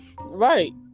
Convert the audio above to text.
right